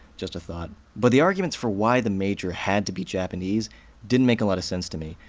just a thought. but the arguments for why the major had to be japanese didn't make a lot of sense to me.